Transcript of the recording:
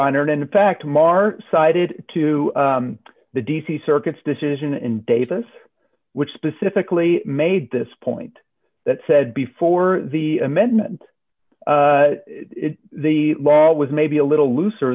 honor and in fact mark cited to the d c circuits decision in davis which specifically made this point that said before the amendment the law was maybe a little looser